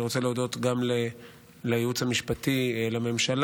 אני רוצה להודות גם לייעוץ המשפטי לממשלה,